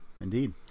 indeed